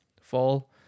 fall